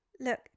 Look